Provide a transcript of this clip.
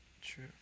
true